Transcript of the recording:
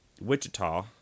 wichita